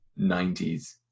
90s